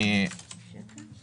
אני